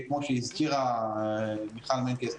כמו שהזכירה מיכל מנקס,